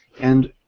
and